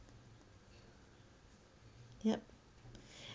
yup